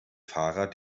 fahrer